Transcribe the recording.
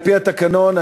על-פי התקנון,